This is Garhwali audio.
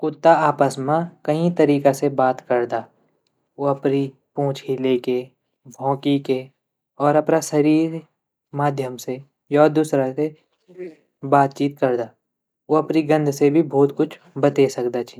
कुत्ता आपस म कई तरीक़ा से बात करदा ऊ अपरि पूँछ हिलेके भोंकिके और अपरा शरीर ग माध्यम से य दूसरा से बातचीत करदा उ अपरि गंध से भी भोत कुछ बते सकड़ा छीन।